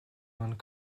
manas